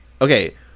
Okay